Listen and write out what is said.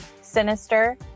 sinister